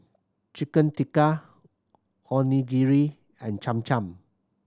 Chicken Tikka Onigiri and Cham Cham